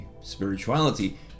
spirituality